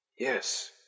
Yes